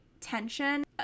tension